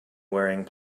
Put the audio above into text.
wearing